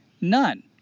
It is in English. None